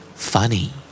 Funny